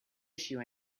issue